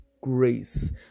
grace